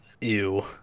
Ew